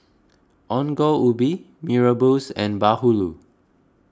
Ongol Ubi Mee Rebus and Bahulu